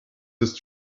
ist